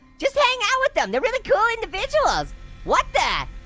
just hang out with them. they are really cool individuals. what the?